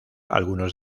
algunos